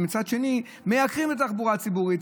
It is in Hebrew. ומצד שני מייקרים את התחבורה הציבורית.